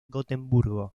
gotemburgo